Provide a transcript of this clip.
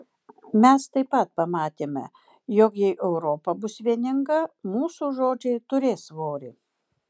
mes taip pat pamatėme jog jei europa bus vieninga mūsų žodžiai turės svorį